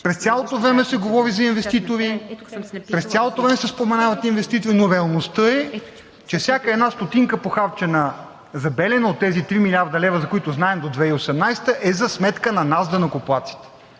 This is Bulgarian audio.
През цялото време се говори за инвеститори, през цялото време се споменават инвеститори, но реалността е, че всяка една стотинка, похарчена за „Белене“ от тези 3 млрд. лв., за които знаем до 2018 г., е за сметка на нас данъкоплатците.